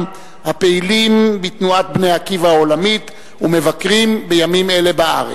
הפעילים בתנועת "בני עקיבא" העולמית ומבקרים בימים אלה בארץ.